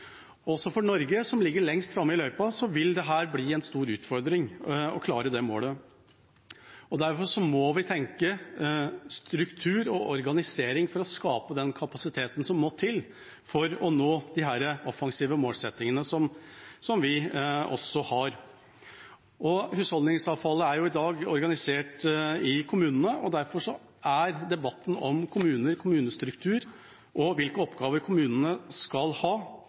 Også for Norge, som ligger lengst framme i løypa, vil det bli en stor utfordring å nå det målet. Derfor må vi tenke struktur og organisering for å skape den kapasiteten som må til for å nå disse offensive målsettingene, som også vi har. Husholdningsavfallet er i dag organisert av kommunene. Derfor er debatten om kommuner, kommunestruktur og hvilke oppgaver kommunene skal ha,